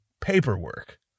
paperwork